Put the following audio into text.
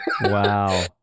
wow